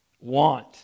want